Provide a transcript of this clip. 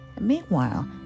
Meanwhile